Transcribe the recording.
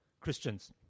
Christians